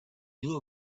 knew